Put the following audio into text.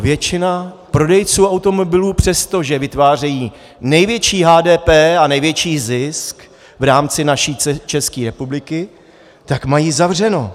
Většina prodejců automobilů, přestože vytvářejí největší HDP a největší zisk v rámci naší České republiky, tak mají zavřeno.